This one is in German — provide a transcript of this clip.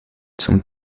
zum